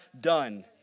done